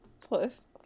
plus